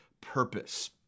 purpose